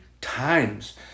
times